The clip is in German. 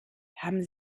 haben